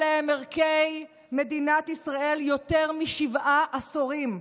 אלה הם ערכי מדינת ישראל יותר משבעה עשורים.